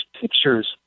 pictures